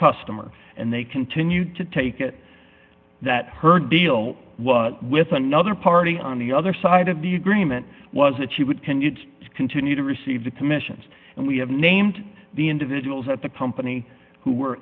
customer and they continue to take it that her deal with another party on the other side of the agreement was that she would can continue to receive the commissions and we have named the individuals at the company who were